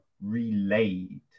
relayed